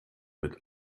mit